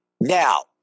Now